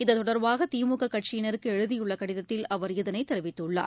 இதுதொடர்பாக திமுககட்சியினருக்குஎழுதியுள்ளகடிதத்தில் அவர் இதனைதெரிவித்துள்ளார்